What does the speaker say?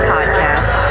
Podcast